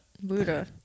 Buddha